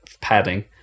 padding